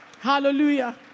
hallelujah